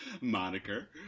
moniker